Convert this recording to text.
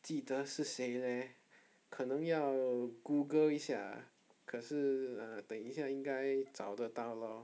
记得是谁 leh 可能要 google 一下可是 err 等一下应该找得到 lor